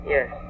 Yes